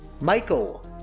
Michael